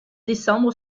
décembre